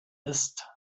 ist